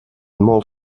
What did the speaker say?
molt